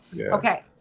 Okay